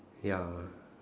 ya